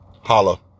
Holla